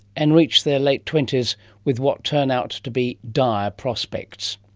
and reach their late twenty s with what turn out to be dire prospects.